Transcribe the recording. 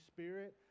Spirit